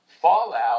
fallout